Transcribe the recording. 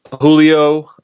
Julio